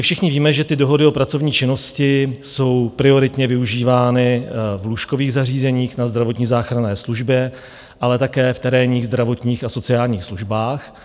Všichni víme, že dohody o pracovní činnosti jsou prioritně využívány v lůžkových zařízeních na zdravotní záchranné službě, ale také v terénních, zdravotních a sociálních službách.